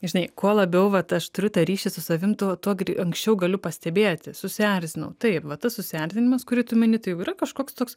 žinai kuo labiau vat aš turiu tą ryšį su savim tuo tuo anksčiau galiu pastebėti susierzinau taip va tas susierzinimas kurį tu mini tai jau yra kažkoks toks